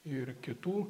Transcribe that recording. ir kitų